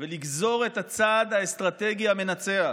לגזור את הצעד האסטרטגי המנצח